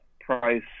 Price